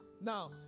Now